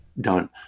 done